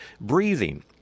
Breathing